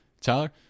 Tyler